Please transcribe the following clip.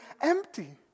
empty